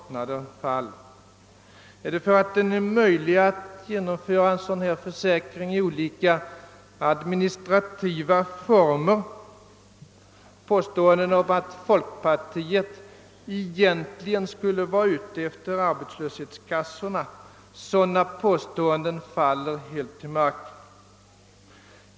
Är herr Bengtsson irriterad därför att det visat sig vara möjligt att genomföra en sådan försäkring i olika administrativa former? Påståenden om att folkpartiet egentligen skulle vara ute efter arbetslöshetskassorna faller helt till marken.